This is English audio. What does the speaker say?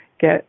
get